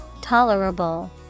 Tolerable